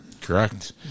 correct